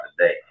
today